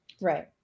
Right